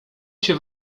się